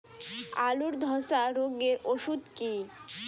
আলুর ধসা রোগের ওষুধ কি?